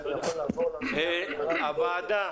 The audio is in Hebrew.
הוועדה